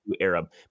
arab